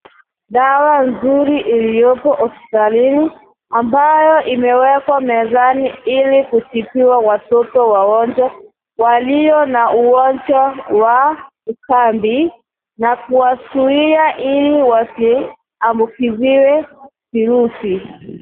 Dawa nzuri iliyoko hospitalini ambayo imewekwa mezani ili kutibiwa watoto wagonjwa walio na ugonjwa wa ukambi na kuwazuia ili wasiambukiziwe virusi.